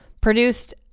produced